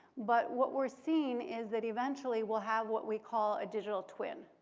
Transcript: but what we're seeing is that eventually we'll have what we call a digital twin.